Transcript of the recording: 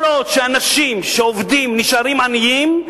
כל עוד אנשים שעובדים נשארים עניים,